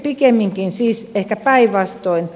pikemminkin siis ehkä päinvastoin